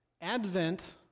Advent